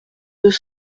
deux